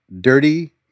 dirty